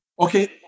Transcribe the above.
Okay